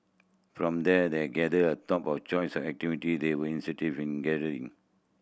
from there they gathered a top of choice activity they were in gardening